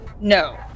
No